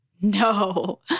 No